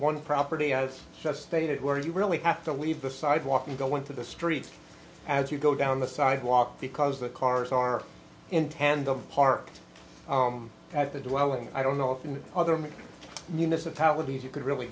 one property as stated where you really have to leave the sidewalk and go into the streets as you go down the sidewalk because the cars are in tandem parked at the dwelling i don't know if in other municipalities you could really